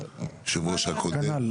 היושב-ראש הקודם.